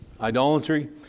idolatry